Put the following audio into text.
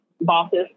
bosses